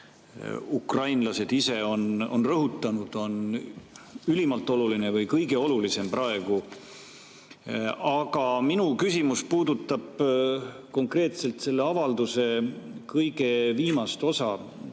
ukrainlased ise on rõhutanud, ülimalt oluline või kõige olulisem praegu. Aga minu küsimus puudutab konkreetselt selle avalduse kõige viimast osa,